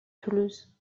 toulouse